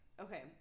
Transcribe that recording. Okay